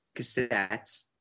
cassettes